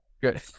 Good